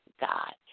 God